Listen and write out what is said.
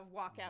walkout